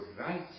right